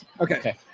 okay